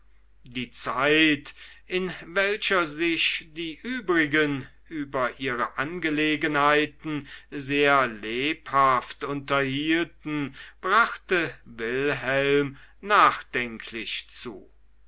die zeit in welcher sich die übrigen über ihre angelegenheiten sehr lebhaft unterhielten brachte wilhelm nachdenklich zu